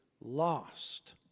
lost